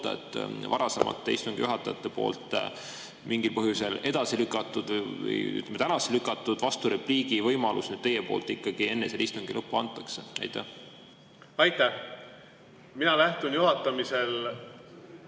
et varasemate istungi juhatajate poolt mingil põhjusel edasi lükatud või tänasesse lükatud vasturepliigivõimaluse nüüd teie ikkagi enne selle istungi lõppu annate? Aitäh! Mina lähtun juhatamisel